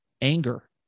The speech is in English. Anger